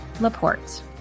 Laporte